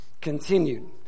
continued